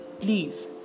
Please